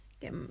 Get